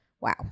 Wow